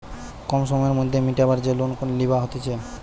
কম সময়ের মধ্যে মিটাবার যে লোন লিবা হতিছে